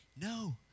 no